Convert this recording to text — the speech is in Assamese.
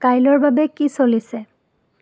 কাইলৈৰ বাবে কি চলিছে